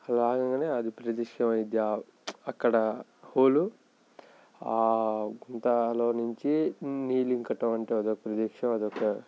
లాగగానే అది ప్రత్యక్షమైంది అక్కడ హోల్ ఆ గుంతలో నుంచి నీళ్ళు ఇంకడం అంటారు ఆ ప్రదేశం అది ఒక